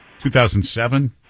2007